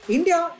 India